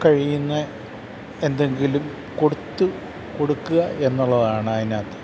കഴിയുന്ന എന്തെങ്കിലും കൊടുത്ത് കൊടുക്കുക എന്നുള്ളതാണ് അതിനകത്ത്